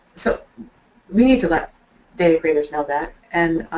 so we need to let data creators know that and